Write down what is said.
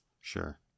Sure